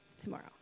tomorrow